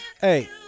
hey